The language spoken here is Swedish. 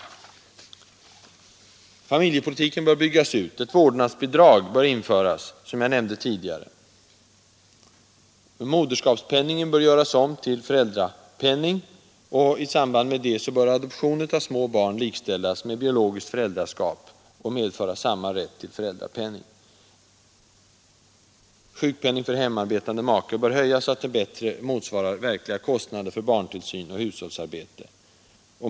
Familjepolitiken bör byggas ut. Ett vårdnadsbidrag bör införas, som jag nämnde tidigare. Moderskapspenningen bör göras om till föräldrapenning. I samband med det bör adoption av små barn likställas med biologiskt föräldraskap och medföra samma rätt till föräldrapenning. Sjukpenningen för hemarbetande make bör höjas, så att den bättre motsvarar den verkliga kostnaden för barntillsyn och hushållsarbete.